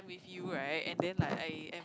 with you right and then like I am